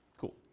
Cool